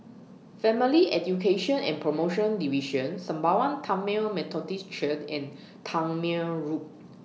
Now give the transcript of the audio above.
Family Education and promotion Division Sembawang Tamil Methodist Church and Tangmere Road